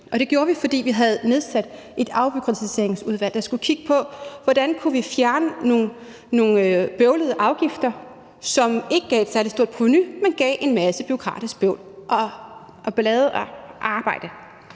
det gjorde vi, fordi vi havde nedsat et afbureaukratiseringsudvalg, der skulle kigge på, hvordan man kunne fjerne nogle bøvlede afgifter, som ikke gav et særlig stort provenu, men som gav en masse bureaukratisk bøvl og ballade og arbejde.